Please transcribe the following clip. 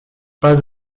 pas